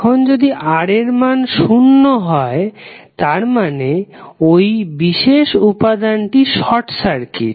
এখন যদি R এর মান শূন্য হয় তারমানে ওই বিশেষ উপাদানটি শর্ট সার্কিট